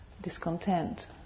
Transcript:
discontent